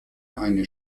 eine